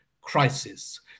crisis